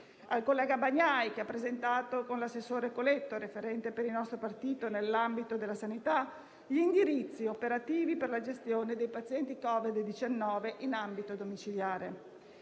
al collega Bagnai, che insieme all'assessore Coletto, referente per il nostro partito nell'ambito della sanità, ha presentato gli indirizzi operativi per la gestione dei pazienti Covid-19 in ambito domiciliare.